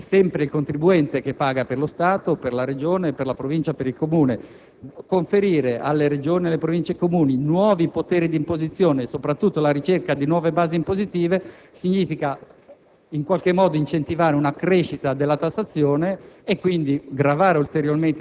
però questo avrebbe senso nell'ambito dell'invarianza complessiva del gettito, perché in fondo è sempre il contribuente che paga per lo Stato, per la Regione, per la Provincia e per il Comune. Conferire a Regioni, Province e Comuni nuovi poteri di imposizione, e soprattutto la ricerca di nuove basi impositive, significa